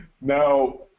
Now